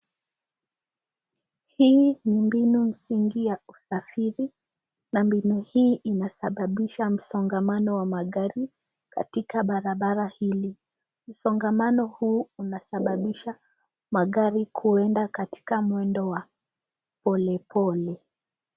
Hii ni mbinu msingi ya kusafiri na mbinu hii inasababisha msongamano wa magari katika barabara hili. Msongamano huu unasababisha magari kuenda katika mwendo wa pole pole.